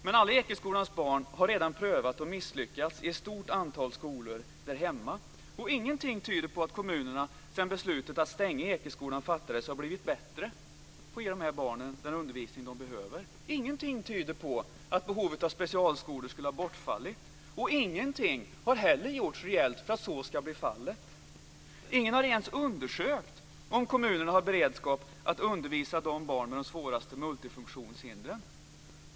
Men alla Ekeskolans barn har redan prövat och misslyckats i ett stort antal skolor därhemma, och ingenting tyder på att kommunerna sedan beslutet att stänga Ekeskolan fattades har blivit bättre på att ge de här barnen den undervisning som de behöver. Ingenting tyder på att behovet av specialskolor skulle ha bortfallit, och ingenting har heller gjorts reellt för att så ska bli fallet. Ingen har ens undersökt om kommunerna har beredskap att undervisa barnen med de svåraste multifunktionshindren.